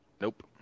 Nope